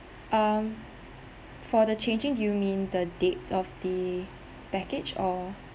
um for the changing do you mean the dates of the package or